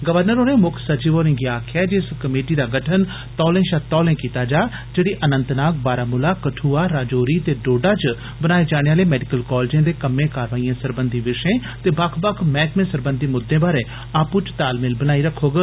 राज्यपाल होरें मुक्ख सचिव होरें गी आक्खेआ ऐ जे इस कमेटी दा गठन तौले शा तौले कीता जा जेड़ी अनंतनाग बारामुला कठुआ राजौरी ते डोडा च बनाए जाने आले मेडिकल कालजें दे कम्में कारवाइए सरबंधी विशये ते बक्ख बक्ख मैहकमें सरबंधी मुद्दें बारे आपू च तालमेल बनाई रक्खोग